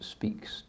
Speaks